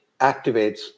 activates